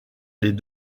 les